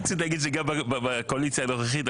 רציתי להגיד שזה גם בקואליציה הנוכחית.